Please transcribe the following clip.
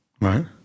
Right